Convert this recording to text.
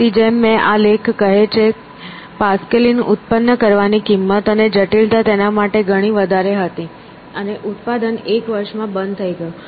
તેથી જેમ કે આ લેખ કહે છે પાસ્કલિન ઉત્પન્ન કરવાની કિંમત અને જટિલતા તેના માટે ઘણી વધારે હતી અને ઉત્પાદન એક વર્ષમાં બંધ થઈ ગયું